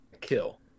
Kill